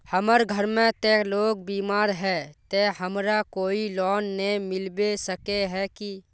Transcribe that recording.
हमर घर में ते लोग बीमार है ते हमरा कोई लोन नय मिलबे सके है की?